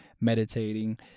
meditating